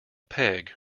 peg